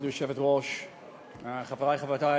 תודה, חברי וחברותי